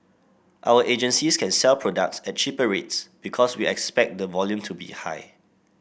our agencies can sell products at cheaper rates because we expect the volume to be high